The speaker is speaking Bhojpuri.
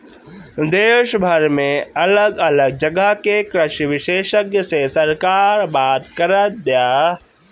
देशभर में अलग अलग जगह के कृषि विशेषग्य से सरकार बात करत बिया